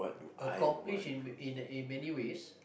accomplish in in in many ways